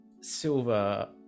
Silver